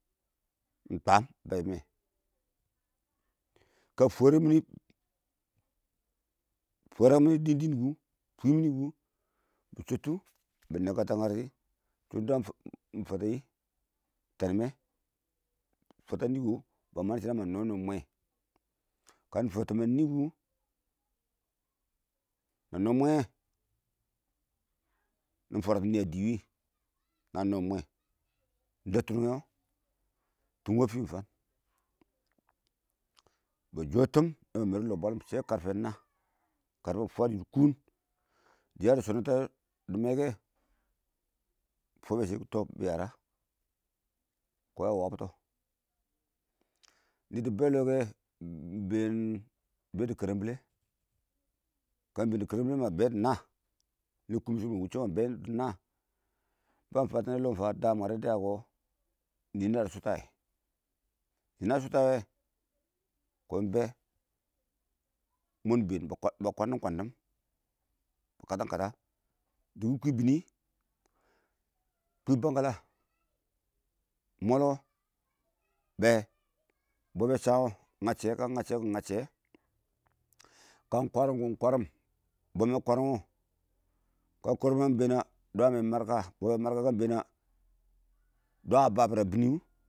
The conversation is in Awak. iɪng twan ba yimme kə fwərəm, fwɛrang mɪne dindin fwimmini dɪn bɪ chsttʊ bɪ lɛkirtɛ a ngar, shɪ dɪn dwa fatɔ kamɪ fata nii kʊ ma nɔm nɔm mwɛ, kamɪ fatam a nikʊ ma nɛ mwɛ wɛ nɪ fwarati niyɛ dɪ wɪɪn, na nɔm mwɛ nɪ dɛbrʊ nungɛ wɔ tɪm a fɪm fang ba chɔ tɪm naba mar dʊ iɔ bwakim shɛ dɪ mɛ kɔrfi ʊ kɔ 5 kɔ 6 dɪya dɪ shɔttɔ yarshi kɛ fʊbɛ shɪ tɛ nii yara, kə wɛ ya wa bʊttɔ nidi be lɔ kɛ ingbeen bedi karal bɛlɛ, kamɪ been dɪ karal bɛlɛ kʊ ma bɛ dɪ naa yɔkkimi wʊshɔ kə be dɪ naa kamɪ fatɔ nɪɪn d daam a lɛ kɛ ninə ya shʊtayɛ nina shʊtayɛ wɛ kʊn ingbɛ, mɔn been ba kwaldim kwaddim ma katin kədə dibi kwi bɪnɪ kʊn bankala, mɔlɔ bɛ bɔbbɛ cham wɔ kɪma ngacchiyɛ kɔ ngaccdiyɛ kɪma marka kɔ iɪng marka kɪma kwarim kɔ iɪng kwarim, bɔɔmɛ kwarim wɔ kə kwarim ingbeen na bɔbbɛ marka kə marka ingbeen na dwawɛ babir a binni wʊ.